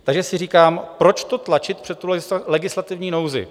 Takže si říkám, proč to tlačit přes legislativní nouzi?